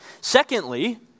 Secondly